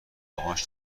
ماهی